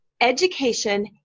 education